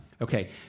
Okay